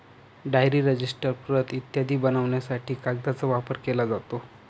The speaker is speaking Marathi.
डायरी, रजिस्टर, प्रत इत्यादी बनवण्यासाठी कागदाचा वापर केला जातो